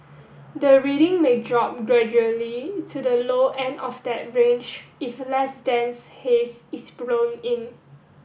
the reading may drop gradually to the low end of that range if less dense haze is blown in